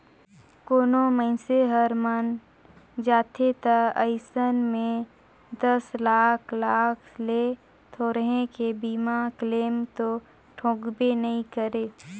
कोनो मइनसे हर मन हर जाथे त अइसन में दस लाख लाख ले थोरहें के बीमा क्लेम तो ठोकबे नई करे